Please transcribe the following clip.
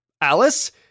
Alice